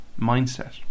mindset